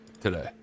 today